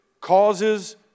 Causes